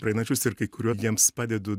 praeinančius ir kai kuriuo jiems padedu